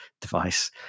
device